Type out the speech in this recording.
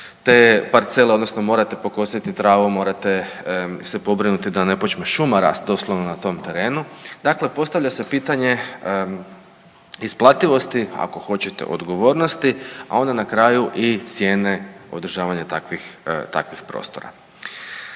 te parcele odnosno morate pokositi travu, morate se pobrinuti da ne počne šuma rast doslovno na tom terenu. Dakle, postavlja se pitanje isplativosti ako hoćete odgovornosti, a onda na kraju i cijene održavanja takvih prostora.